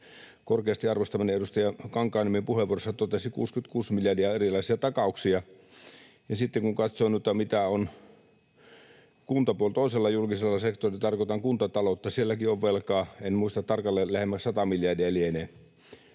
korkeasti arvostamani edustaja Kankaanniemi puheenvuorossaan totesi, 66 miljardia erilaisia takauksia. Ja sitten kun katsoo, mitä on toisella julkisella sektorilla — tarkoitan kuntataloutta — niin sielläkin on velkaa. En muista tarkalleen, lähemmäs 100 miljardia lienee